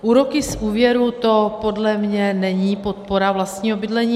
Úroky z úvěru, to podle mě není podpora vlastního bydlení.